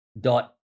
dot